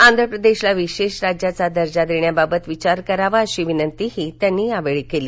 आंध्र प्रदेशला विशेष राज्याचा दर्जा देण्याबाबत विचार करावा अशी विनंतीही त्यांनी यावेळी केली